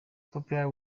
popular